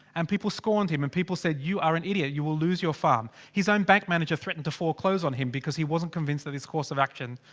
and people scorned him, and people said you are an idiot. you will lose your farm! his own bank manager threatened to foreclose on him because he wasn't convinced that his course of action.